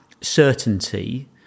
certainty